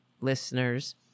listeners